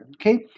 okay